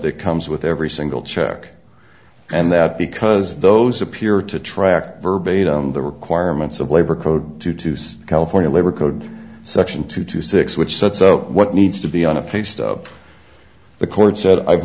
that comes with every single check and that because those appear to track verbatim the requirements of labor code to to use california labor code section two to six which said so what needs to be on a fixed up the court said i've